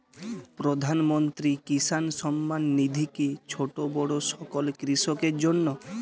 প্রধানমন্ত্রী কিষান সম্মান নিধি কি ছোটো বড়ো সকল কৃষকের জন্য?